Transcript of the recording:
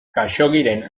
khaxoggiren